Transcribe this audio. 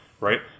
Right